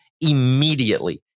immediately